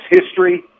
history